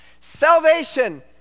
Salvation